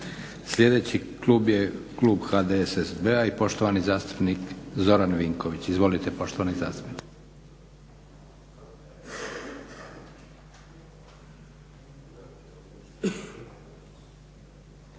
Sljedeći klub je klub HDSSB-a i poštovani zastupnik Zoran Vinković. Izvolite poštovani zastupniče.